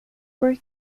por